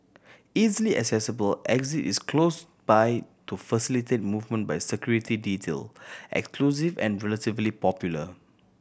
easily accessible exit is close by to facilitate movement by security detail exclusive and relatively popular